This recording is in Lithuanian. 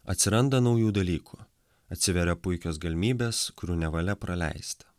atsiranda naujų dalykų atsiveria puikios galimybės kurių nevalia praleisti